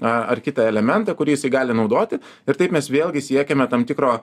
ar kitą elementą kuris jisai gali naudoti ir taip mes vėlgi siekiame tam tikro